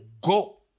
go